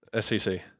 SEC